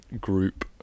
group